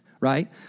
right